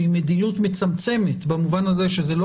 שהיא מדיניות מצמצמת במובן הזה שזה לא